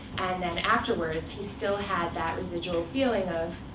and then afterwards, he still had that residual feeling of,